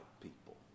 people